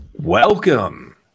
Welcome